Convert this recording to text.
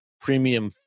premium